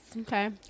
okay